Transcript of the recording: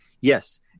yes